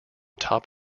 top